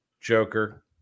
Joker